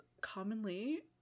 commonly